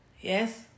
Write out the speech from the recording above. Yes